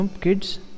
kids